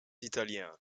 italiens